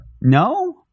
no